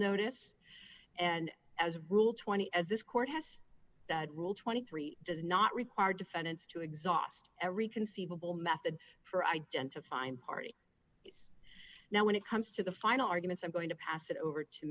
notice and as a rule twenty as this court has that rule twenty three does not require defendants to exhaust every conceivable method for identifying party now when it comes to the final arguments i'm going to pass it over to